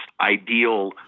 ideal